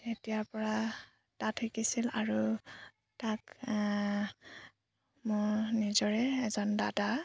তেতিয়াৰ পৰা তাত শিকিছিল আৰু তাক মোৰ নিজৰে এজন দাদা